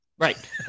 Right